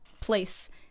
place